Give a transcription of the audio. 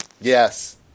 Yes